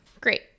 Great